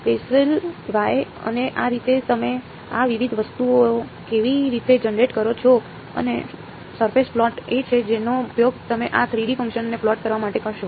Bessel Y અને આ રીતે તમે આ વિવિધ વસ્તુઓ કેવી રીતે જનરેટ કરો છો અને સરફેસ પ્લોટ એ છે જેનો ઉપયોગ તમે આ 3 D ફંક્શનને પ્લોટ કરવા માટે કરશો